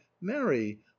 mary